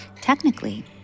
Technically